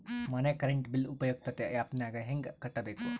ಮನೆ current bill ಉಪಯುಕ್ತತೆ app ನಾಗ ಹೆಂಗ ಕಟ್ಟಬೇಕು?